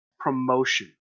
Promotion